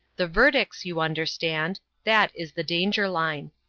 the verdicts, you understand that is the danger-line.